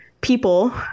people